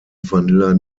vanilla